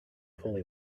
fully